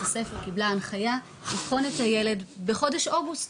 הספר קיבלה הנחייה לבחון את הילד בחודש אוגוסט.